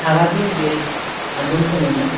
ᱥᱟᱨᱟ ᱫᱤᱱ ᱜᱮ ᱟᱸᱡᱚᱢ ᱥᱟᱱᱟᱧᱟ